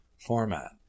format